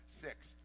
six